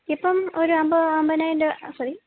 ഇപ്പം ഒരു അമ്പത് അമ്പതിനായിരം രൂപ ഓ സോറി